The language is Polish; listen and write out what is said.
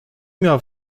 miał